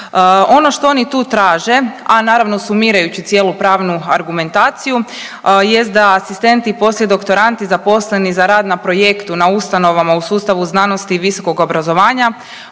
Ono što oni tu traže, a naravno, sumirajući cijelu pravnu argumentaciju jest da asistenti i poslijedoktorandi zaposleni za rad na projektu na ustanovama u sustavu znanosti i visokog obrazovanja